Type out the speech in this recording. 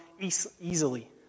easily